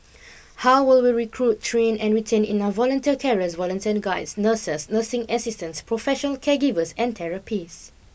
how will we recruit train and retain enough volunteer carers volunteer guides nurses nursing assistants professional caregivers and therapists